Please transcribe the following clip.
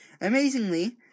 Amazingly